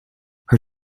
her